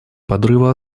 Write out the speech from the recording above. подрыва